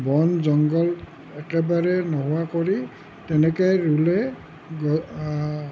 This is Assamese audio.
বন জংঘল একেবাৰে নোহোৱা কৰি তেনেকৈ ৰুলে